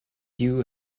you